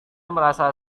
merasa